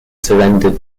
surrendered